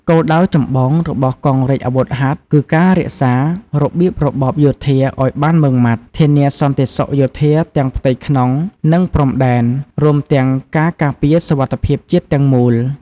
គោលដៅចម្បងរបស់កងរាជអាវុធហត្ថគឺការរក្សារបៀបរបបយោធាឲ្យបានម៉ឺងម៉ាត់ ធានាសន្តិសុខយោធាទាំងផ្ទៃក្នុងនិងព្រំដែន រួមទាំងការការពារសុវត្ថិភាពជាតិទាំងមូល។